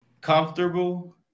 comfortable